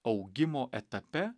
augimo etape